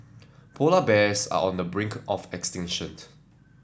polar bears are on the brink of extinction